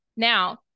Now